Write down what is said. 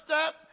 step